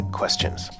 questions